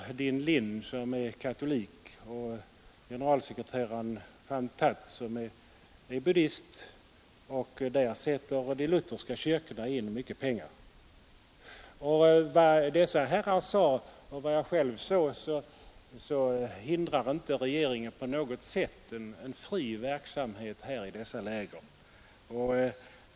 Thanh Liém, som är katolik och en generalsekreterare, Mr. Van Thuåt, som är buddist, och i den sätter också de lutherska kyrkorna in mycket pengar. Enligt vad dessa herrar sade och enligt vad jag själv såg hindrar inte regeringen på något sätt en fri verksamhet i dessa läger.